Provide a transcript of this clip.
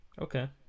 okay